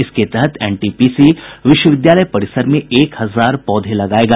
इसके तहत एनटीपीसी विश्वविद्यालय परिसर में एक हजार पौधे लगायेगा